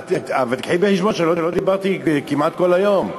אבל קחי בחשבון שלא דיברתי כמעט כל היום.